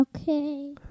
Okay